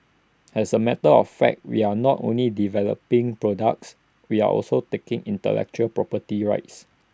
as A matter of fact we are not only developing products we are also taking intellectual property rights